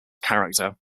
character